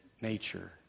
nature